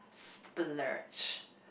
splurge